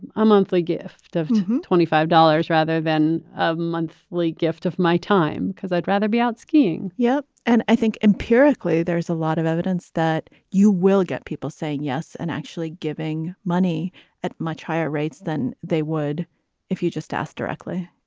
a ah monthly gift of twenty five dollars rather than monthly gift of my time because i'd rather be out skiing yep. and i think empirically, there is a lot of evidence that you will get people saying yes and actually giving money at much higher rates than they would if you just ask directly.